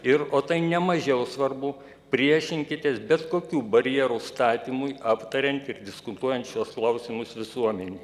ir o tai nemažiau svarbu priešinkitės bet kokių barjerų statymui aptariant ir diskutuojant šiuos klausimus visuomenei